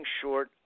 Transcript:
short